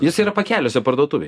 jis yra pakeliuose parduotuvėj